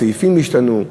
הסעיפים השתנו,